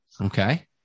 Okay